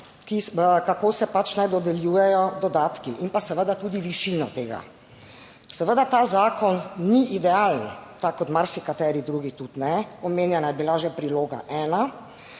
Kako se pač naj dodeljujejo dodatki in pa seveda tudi višino tega. Seveda ta zakon ni idealen, tako kot marsikateri drugi tudi ne. Omenjena je bila že priloga ena,